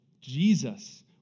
Jesus